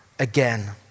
again